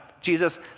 Jesus